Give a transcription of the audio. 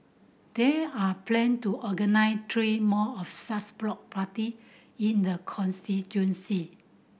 there are plan to organise three more of such block party in the constituency